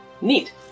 Neat